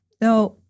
Now